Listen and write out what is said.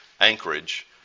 Anchorage